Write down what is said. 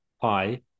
pi